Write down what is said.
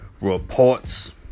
reports